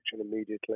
immediately